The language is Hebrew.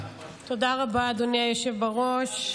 תודה רבה, אדוני היושב בראש.